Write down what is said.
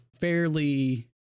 fairly